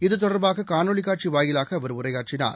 இதுதொடர்பாககாணொலிகாட்சிவாயிலாகஅவர் உரையாற்றினார்